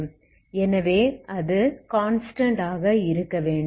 எனவே அது கான்ஸ்டன்ட் ஆக இருக்க வேண்டும்